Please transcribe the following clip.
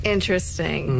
Interesting